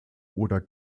oder